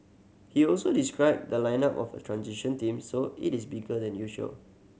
he also described the lineup as a transition team so it is bigger than usual